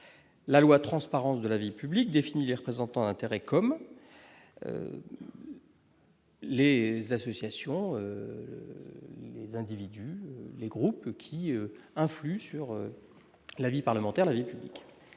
la loi transparence de la vie publique définie les représentants d'intérêts communs. Les associations d'individus, les groupes qui influe sur la vie parlementaire, la vie publique